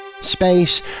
Space